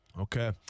Okay